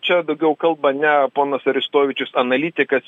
čia daugiau kalba ne ponas aristovičius analitikas